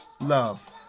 Love